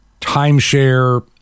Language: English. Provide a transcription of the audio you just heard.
timeshare